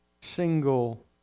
single